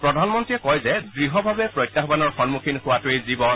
প্ৰধানমন্ত্ৰীয়ে কয় যে দ্ঢভাৱে প্ৰত্যাহানৰ সন্মুখীন হোৱাটোৱেই জীৱন